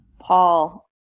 Paul